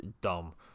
dumb